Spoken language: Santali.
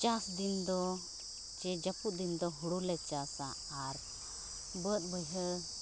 ᱪᱟᱥᱫᱤᱱ ᱫᱚ ᱥᱮ ᱡᱟᱹᱯᱩᱫ ᱫᱤᱱᱫᱚ ᱦᱩᱲᱩᱞᱮ ᱪᱟᱥᱟ ᱟᱨ ᱵᱟᱹᱫᱽᱼᱵᱟᱭᱦᱟᱹᱲ